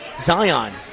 Zion